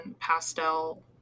pastel